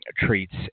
treats